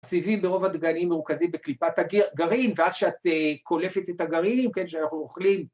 ‫סיבים ברוב הדגנים מרכזיים ‫בקליפת הגרעין, ‫ואז שאת קולפת את הגרעינים, ‫כן, שאנחנו אוכלים.